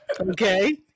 okay